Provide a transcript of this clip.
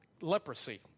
leprosy